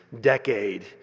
decade